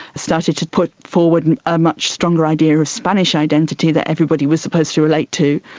started to put forward a much stronger idea of spanish identity that everybody was supposed to relate to,